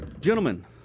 gentlemen